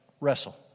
wrestle